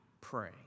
pray